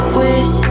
wish